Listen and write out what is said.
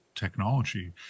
technology